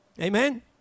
amen